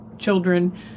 children